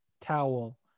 towel